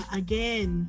again